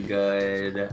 good